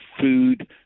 food